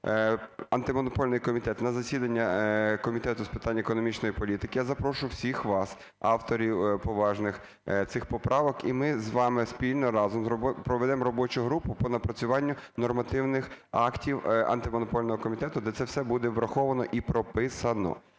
Антимонопольний комітет на засідання Комітету з питань економічної політики, я запрошу всіх вас, авторів поважних цих поправок, і ми з вами спільно разом проведемо робочу групу по напрацюванню нормативних актів Антимонопольного комітету, де це все буде враховано і прописано.